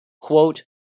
Quote